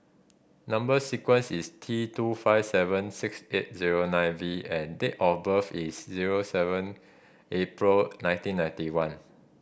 number sequence is T two five seven six eight zero nine V and date of birth is zero seven April nineteen ninety one